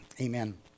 Amen